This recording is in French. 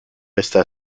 resta